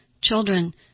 children